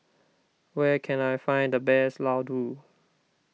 where can I find the best Ladoo